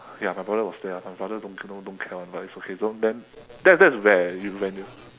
ya my brother was there ah my brother don't don't don't care [one] but it's okay don't then that's that's where you when you